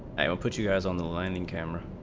i'll put us on the line in camera